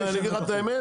אני אגיד לך את האמת?